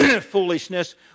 foolishness